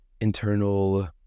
internal